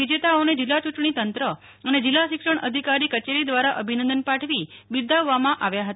વિજેતાઓને જિલ્લા ચૂંટણી તંત્ર અને જિલ્લા શિક્ષણાધિકારી કચેરી દ્વારા અભિનંદન પાઠવી બિરદાવવામાં આવ્યા હતા